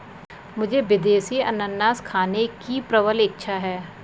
मुझे विदेशी अनन्नास खाने की प्रबल इच्छा है